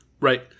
Right